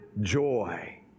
joy